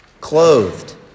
clothed